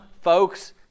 folks